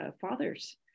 fathers